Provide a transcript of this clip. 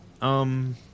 Um